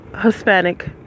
Hispanic